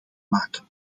maken